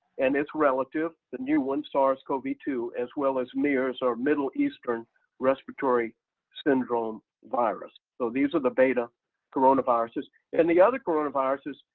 and it's relative the new one sars cov two, as well as mers, or middle eastern respiratory syndrome virus. so these are the beta coronaviruses, and the other coronaviruses,